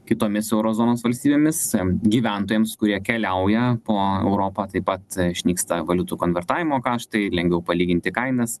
kitomis euro zonos valstybėmis em gyventojams kurie keliauja po europą taip pat išnyksta valiutų konvertavimo kaštai lengviau palyginti kainas